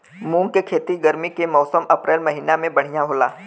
मुंग के खेती गर्मी के मौसम अप्रैल महीना में बढ़ियां होला?